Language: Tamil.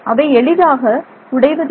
அவை எளிதாக உடைவதில்லை